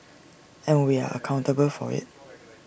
and we are accountable for IT